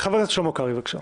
חבר הכנסת שלמה קרעי, בבקשה.